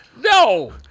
No